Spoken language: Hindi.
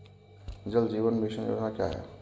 जल जीवन मिशन योजना क्या है?